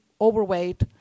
overweight